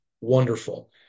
wonderful